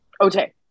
Okay